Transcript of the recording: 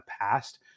past